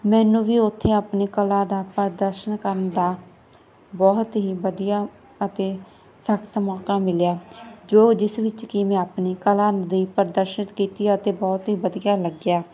ਮੈਨੂੰ ਵੀ ਉੱਥੇ ਆਪਣੀ ਕਲਾ ਦਾ ਪ੍ਰਦਰਸ਼ਨ ਕਰਨ ਦਾ ਬਹੁਤ ਹੀ ਵਧੀਆ ਅਤੇ ਸਖਤ ਮੌਕਾ ਮਿਲਿਆ ਜੋ ਜਿਸ ਵਿੱਚ ਕਿ ਮੈਂ ਆਪਣੀ ਕਲਾ ਦੀ ਪ੍ਰਦਰਸ਼ਿਤ ਕੀਤੀ ਅਤੇ ਬਹੁਤ ਹੀ ਵਧੀਆ ਲੱਗਿਆ